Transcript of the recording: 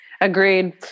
Agreed